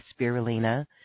Spirulina